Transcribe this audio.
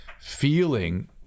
feeling